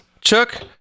Chuck